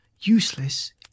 useless